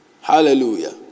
Hallelujah